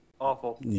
Awful